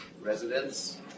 residents